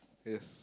yes